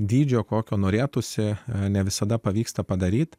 dydžio kokio norėtųsi ne visada pavyksta padaryti